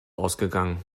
ausgegangen